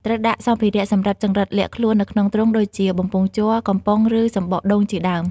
ត្រូវដាក់សម្ភារៈសម្រាប់ចង្រិតលាក់ខ្លួននៅក្នុងទ្រុង ដូចជា បំពង់ជ័រ កំប៉ុង ឬ សំបកដូងជាដើម។